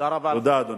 תודה, אדוני.